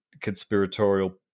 conspiratorial